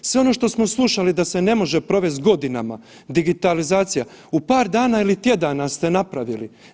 Sve ono što smo slušali da se ne može provesti godinama digitalizacija, u par dana ili tjedana ste napravili.